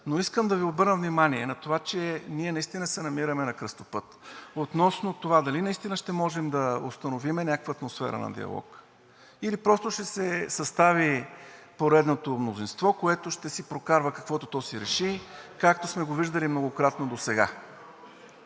но искам да Ви обърна внимание на това, че ние наистина се намираме на кръстопът относно това дали наистина ще можем да установим някаква атмосфера на диалог, или просто ще се състави поредното мнозинство, което ще си прокарва каквото то си реши, както сме го виждали многократно досега.